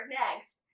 next